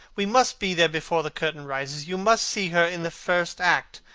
we must be there before the curtain rises. you must see her in the first act,